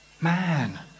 Man